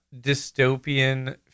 dystopian